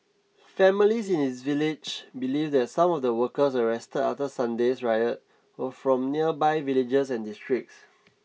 families in his village believe that some of the workers arrested after Sunday's riot were from nearby villages and districts